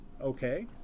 Okay